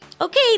Okay